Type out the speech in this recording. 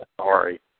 Sorry